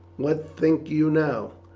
what think you, now?